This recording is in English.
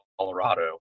Colorado